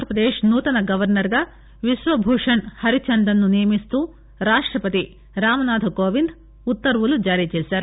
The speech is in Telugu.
ఆంధ్రప్రదేశ్ నూతన గవర్సర్ గా విశ్వభూషణ్ హరిచందన్ ను నియమిస్తూ రాష్టపతి రామ్ నాధ్ కోవింద్ ఉత్తర్వులు జారీ చేశారు